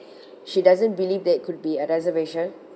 she doesn't believe that it could be a reservation